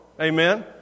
Amen